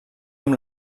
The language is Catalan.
amb